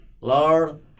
Lord